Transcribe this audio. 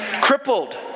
crippled